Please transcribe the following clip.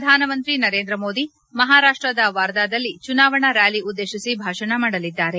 ಪ್ರಧಾನಮಂತ್ರಿ ನರೇಂದ್ರ ಮೋದಿ ಮಹಾರಾಷ್ಟ್ದದ ವಾರ್ದಾದಲ್ಲಿ ಚುನಾವಣಾ ರ್ಯಾಲಿ ಉದ್ದೇಶಿಸಿ ಭಾಷಣ ಮಾಡಲಿದ್ದಾರೆ